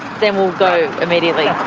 then we'll go immediately.